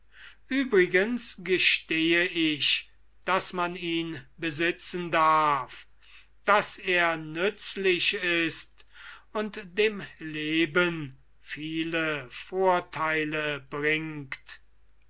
übrigens gestehe ich daß man ihn besitzen darf daß er nützlich ist und dem leben viele vortheile bringt